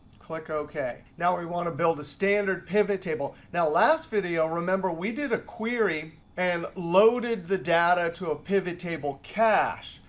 click ok. now we want to build a standard pivot table. now last video, remember we did a query and loaded the data to a pivot table cache.